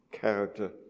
character